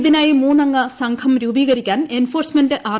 ഇതിനായി മൂന്നംഗ സംഘം രൂപീകരിക്കാൻ എൻഫോഴ്സ്മെന്റ് ആർ